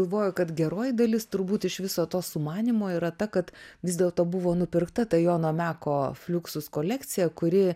galvoju kad geroji dalis turbūt iš viso to sumanymo yra ta kad vis dėlto buvo nupirkta ta jono meko fliuxus kolekcija kuri